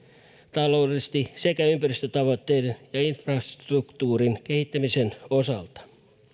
taloudellisesti sekä ympäristötavoitteiden ja infrastruktuurin kehittämisen osalta